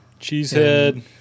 Cheesehead